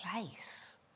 place